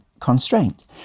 constraint